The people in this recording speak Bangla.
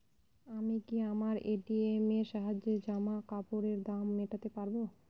আমি কি আমার এ.টি.এম এর সাহায্যে জামাকাপরের দাম মেটাতে পারব?